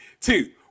two